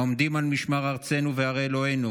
העומדים על משמר ארצנו והרי אלוהינו,